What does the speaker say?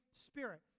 Spirit